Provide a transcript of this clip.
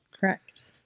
Correct